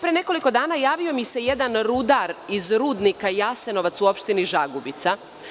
Pre nekoliko dana javio mi se jedan rudar iz rudnika Jasenovac u opštini Žagubica.